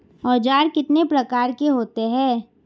औज़ार कितने प्रकार के होते हैं?